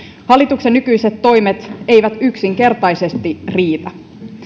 hallituksen nykyiset toimet eivät yksinkertaisesti riitä